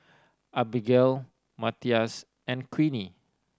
Abagail Matias and Queenie